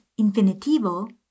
infinitivo